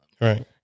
right